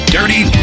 Dirty